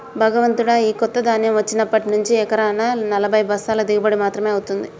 భగవంతుడా, ఈ కొత్త ధాన్యం వచ్చినప్పటి నుంచి ఎకరానా నలభై బస్తాల దిగుబడి మాత్రమే అవుతుంది